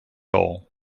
all